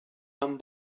amb